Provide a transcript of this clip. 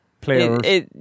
players